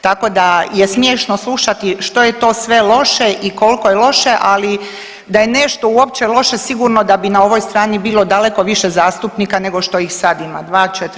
Tako da je smiješno slušati što je to sve loše i koliko je loše, ali da je nešto uopće loše sigurno da bi na ovoj strani bilo daleko više zastupnika nego što ih sad ima dva, četiri, šest.